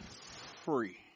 free